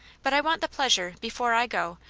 but i want the pleasure, before i go,